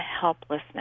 helplessness